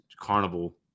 carnival